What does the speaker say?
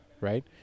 Right